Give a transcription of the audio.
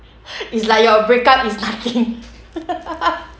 it's like your breakup is nothing